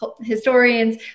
historians